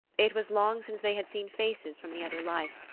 it was long since they had seen faces from the other life,